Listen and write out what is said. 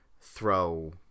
throw